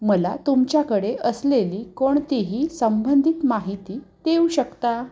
मला तुमच्याकडे असलेली कोणतीही संबंधित माहिती देऊ शकता